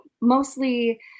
mostly